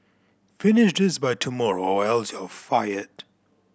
finish this by tomorrow or else you'll fired